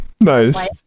Nice